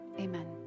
Amen